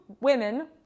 women